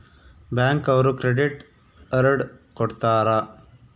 bank ಅವ್ರು credit card ಕೊಡ್ತಾರ